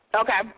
Okay